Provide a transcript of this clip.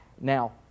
Now